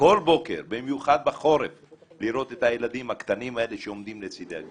כל בוקר במיוחד בחורף לראות את הילדים הקטנים האלה שעומדים לצידי הכביש.